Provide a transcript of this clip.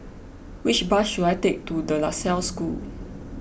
which bus should I take to De La Salle School